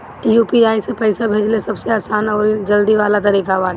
UPI से पईसा भेजल सबसे आसान अउरी जल्दी वाला तरीका बाटे